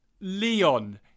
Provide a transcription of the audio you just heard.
Leon